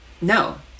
No